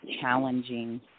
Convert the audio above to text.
challenging